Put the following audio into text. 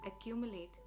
accumulate